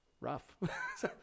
rough